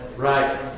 Right